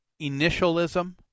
initialism